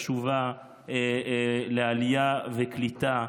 חשובה לעלייה ולקליטה.